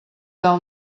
del